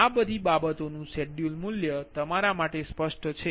તેથી આ બધી બાબતોનું શેડ્યૂલ મૂલ્ય તમારા માટે સ્પષ્ટ છે